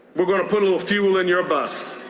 we're going to put a little fuel in your bus.